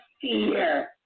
fear